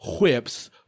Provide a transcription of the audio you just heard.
whips